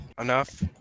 enough